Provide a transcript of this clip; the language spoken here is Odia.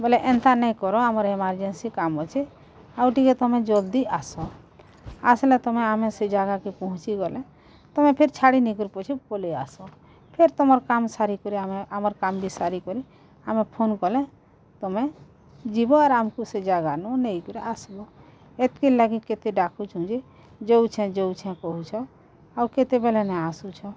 ବୋଲେ ଏନ୍ତା ନାଇଁ କର ଆମର୍ ଏମର୍ଜେନ୍ସି କାମ୍ ଅଛି ଆଉ ଟିକେ ତମେ ଜଲ୍ଦି ଆସ ଆସିଲେ ତମେ ଆମେ ଏଇ ଜାଗାକେ ପହଞ୍ଚି ଗଲେ ତମେ ଫିର୍ ଛାଡ଼ି ନେଇ କରି ପଛେ ପଲେଇ ଆସ ଫେର୍ ତୁମର୍ କାମ୍ ସାରିକରି ଆମେ ଆମର୍ କାମ୍ ବି ସାରିକରି ଆମେ ଫୋନ୍ କଲେ ତମେ ଯିବ ଆର୍ ଆମକୁ ସେ ଜାଗାନୁ ନେଇକରି ଆସବ ଏତିକି ଲାଗି କେତେ ଡାକୁଛୁ ଯେ ଯଉଛେ ଯଉଛେ କହୁଛ ଆଉ କେତେବେଲେ ନ ଆସୁଛ